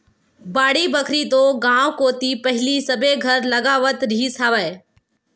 बाड़ी बखरी तो गाँव कोती पहिली सबे घर लगावत रिहिस हवय